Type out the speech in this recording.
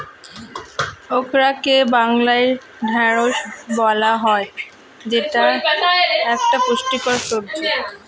ওকরাকে বাংলায় ঢ্যাঁড়স বলা হয় যেটা একটি পুষ্টিকর সবজি